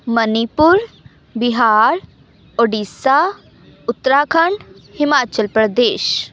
Manipur Bihar Odisha Uttarakhand Himachal Pradesh